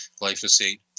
glyphosate